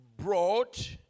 brought